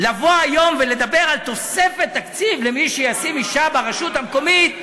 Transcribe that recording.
לבוא היום ולדבר על תוספת תקציב למי שישים אישה ברשות המקומית,